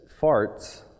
Farts